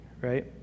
right